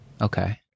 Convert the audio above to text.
Okay